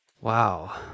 Wow